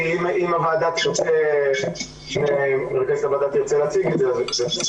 מהנדסות או כל הדברים כמובן הכי משמעותיים שיש.